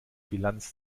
bilanz